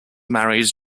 married